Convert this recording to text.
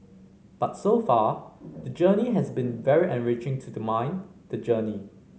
but so far the journey has been very enriching to the mind the journey